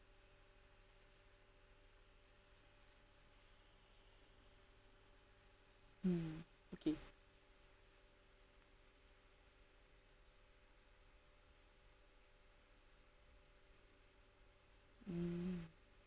hmm okay hmm